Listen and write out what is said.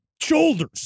shoulders